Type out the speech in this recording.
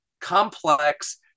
complex